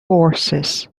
horses